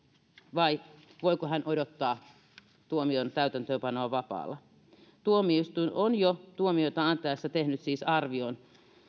vai voiko hän odottaa tuomion täytäntöönpanoa vapaalla tuomioistuin on siis jo tuomiota antaessaan tehnyt arvion